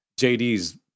JD's